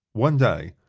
one day,